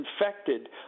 infected